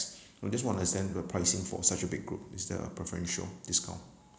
I just want to understand the pricing for such a big group is there a preferential discount